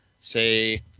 say